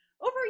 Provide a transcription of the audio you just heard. over